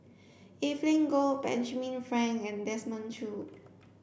Evelyn Goh Benjamin Frank and Desmond Choo